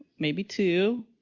maybe two,